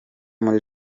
muri